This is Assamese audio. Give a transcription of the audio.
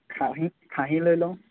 খাহী খাহী লৈ লওঁ